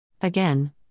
Again